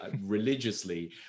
Religiously